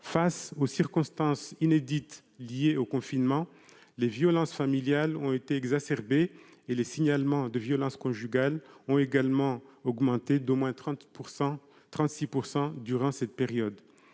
face aux circonstances inédites liées au confinement, les violences familiales ont été exacerbées et les signalements de violences conjugales ont également augmenté d'au moins 30 %, jusqu'à 36 % durant cette période.